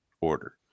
order